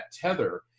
tether